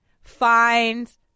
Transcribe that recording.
Find